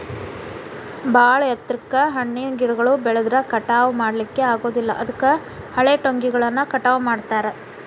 ಬಾಳ ಎತ್ತರಕ್ಕ್ ಹಣ್ಣಿನ ಗಿಡಗಳು ಬೆಳದ್ರ ಕಟಾವಾ ಮಾಡ್ಲಿಕ್ಕೆ ಆಗೋದಿಲ್ಲ ಅದಕ್ಕ ಹಳೆಟೊಂಗಿಗಳನ್ನ ಕಟಾವ್ ಮಾಡ್ತಾರ